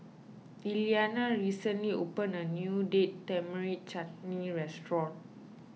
Elliana recently opened a new Date Tamarind Chutney restaurant